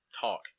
talk